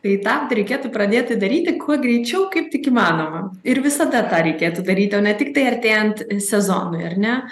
tai tą reikėtų pradėti daryti kuo greičiau kaip tik įmanoma ir visada tą reikėtų daryti o ne tiktai artėjant sezonui ar ne